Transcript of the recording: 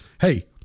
hey